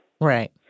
Right